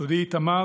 דודי איתמר,